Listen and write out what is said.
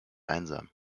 einsam